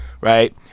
right